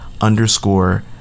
underscore